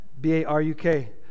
B-A-R-U-K